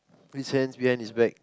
his hands behind his back